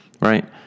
right